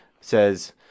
says